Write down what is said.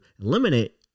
eliminate